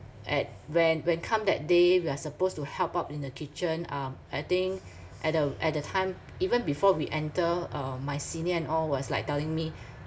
at when when come that day we are supposed to help out in the kitchen um I think at the at the time even before we enter uh my senior and all was like telling me